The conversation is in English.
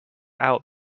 out